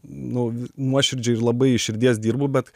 nu nuoširdžiai ir labai širdies dirbu bet